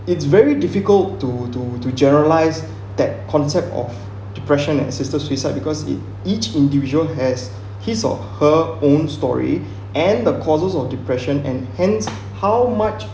it's very difficult to to to generalize that concept of depression and assisted suicide because it each individual has his or her own story and the causes of depression and hence how much